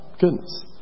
goodness